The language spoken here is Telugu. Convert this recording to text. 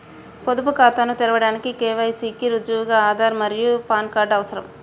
పొదుపు ఖాతాను తెరవడానికి కే.వై.సి కి రుజువుగా ఆధార్ మరియు పాన్ కార్డ్ అవసరం